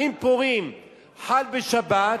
ואם פורים חל בשבת,